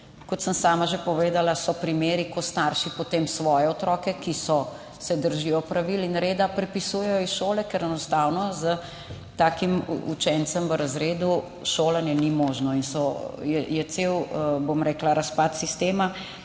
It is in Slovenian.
Kot sem sama že povedala, so primeri, ko starši potem svoje otroke, ki se držijo pravil in reda, prepisujejo iz šole, ker enostavno s takim učencem v razredu šolanje ni možno in je cel, bom rekla, razpad sistema